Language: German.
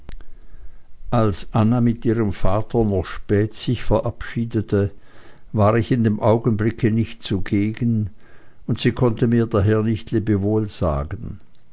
als anna mit ihrem vater noch spät sich verabschiedete war ich in dem augenblicke nicht zugegen und sie konnte mir daher nicht lebewohl sagen